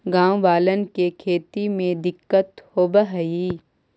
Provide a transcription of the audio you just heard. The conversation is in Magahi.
गाँव वालन के खेती में दिक्कत होवऽ हई